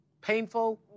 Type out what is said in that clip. Painful